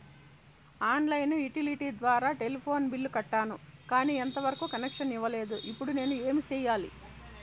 On line utility ద్వారా telephone bill కట్టాను, కానీ ఎంత వరకు కనెక్షన్ ఇవ్వలేదు, ఇప్పుడు నేను ఏమి సెయ్యాలి?